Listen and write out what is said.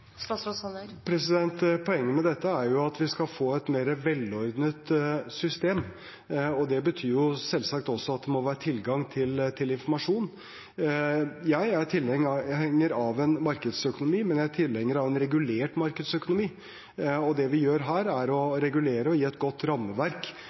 Poenget med dette er at vi skal få et mer velordnet system, og det betyr selvsagt også at det må være tilgang til informasjon. Jeg er tilhenger av en markedsøkonomi, men jeg er tilhenger av en regulert markedsøkonomi. Det vi gjør her, er